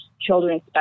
children